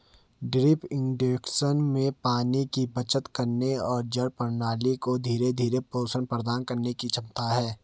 drip irrigation में पानी की बचत करने और जड़ प्रणाली को धीरे धीरे पोषण प्रदान करने की क्षमता है